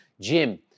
Jim